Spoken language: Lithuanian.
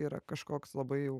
yra kažkoks labai